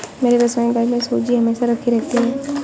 मेरे रसोईघर में सूजी हमेशा राखी रहती है